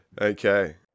Okay